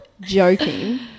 joking